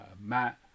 Matt